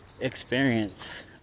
experience